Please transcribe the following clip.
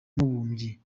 mubumbyi